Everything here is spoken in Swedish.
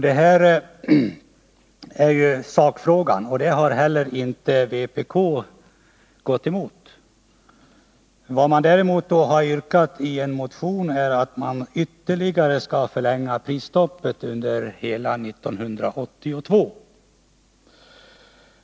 Det här är sakfrågan, och det förslaget har heller inte vpk gått emot. Vad vpk däremot har yrkat i sin motion är att vi skall ytterligare förlänga prisstoppet att gälla under hela 1982.